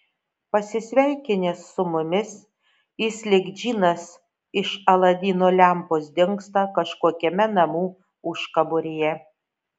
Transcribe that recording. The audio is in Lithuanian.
pasisveikinęs su mumis jis lyg džinas iš aladino lempos dingsta kažkokiame namų užkaboryje